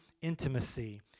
intimacy